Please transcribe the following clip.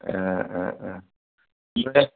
ए अ अ